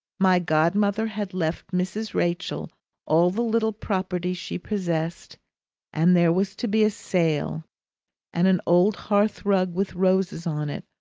my godmother had left mrs. rachael all the little property she possessed and there was to be a sale and an old hearth-rug with roses on it,